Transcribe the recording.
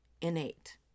innate